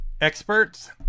experts